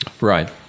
Right